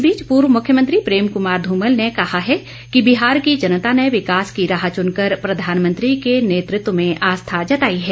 इस बीच पूर्व मुख्यमंत्री प्रेम कुमार धूमल ने कहा है कि बिहार की जनता ने विकास की राह चुनकर प्रधानमंत्री के नेतृत्व में आस्था जताई है